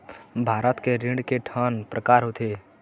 भारत के ऋण के ठन प्रकार होथे?